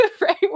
right